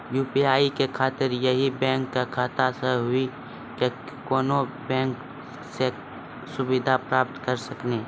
UPI के खातिर यही बैंक के खाता से हुई की कोनो बैंक से सुविधा प्राप्त करऽ सकनी?